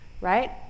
right